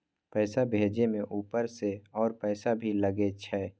पैसा भेजे में ऊपर से और पैसा भी लगे छै?